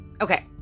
Okay